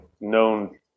known